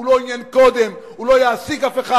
הוא לא היה עניין קודם, הוא לא יעסיק אף אחד.